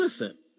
innocent